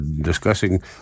discussing